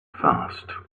fast